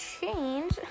change